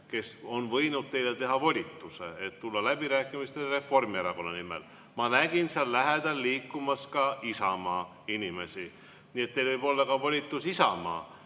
kes on võinud teile teha volituse, et tulla läbirääkimistele Reformierakonna nimel. Ma nägin seal lähedal liikumas ka Isamaa inimesi, nii et teil võib olla ka volitus Isamaa